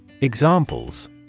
Examples